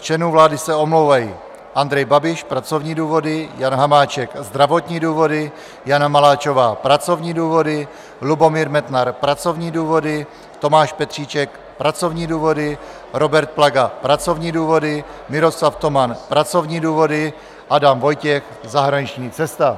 Z členů vlády se omlouvají: Andrej Babiš pracovní důvody, Jan Hamáček zdravotní důvody, Jana Maláčová pracovní důvody, Lubomír Metnar pracovní důvody, Tomáš Petříček pracovní důvody, Robert Plaga pracovní důvody, Miroslav Toman pracovní důvody, Adam Vojtěch zahraniční cesta.